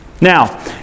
Now